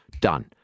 Done